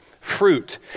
fruit